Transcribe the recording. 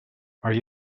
are